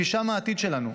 כי שם העתיד שלנו.